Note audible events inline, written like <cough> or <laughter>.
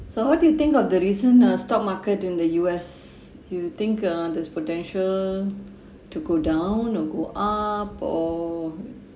so what do you think of the reason uh stock market in the U_S you think uh there's potential <breath> to go down or go up or